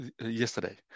yesterday